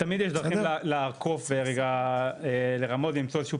תמיד יש דרכים לעקוף, לרמות ולמצוא איזושהי